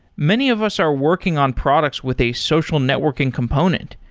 many of us are working on products with a social networking component.